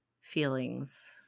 feelings